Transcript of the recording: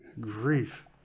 Grief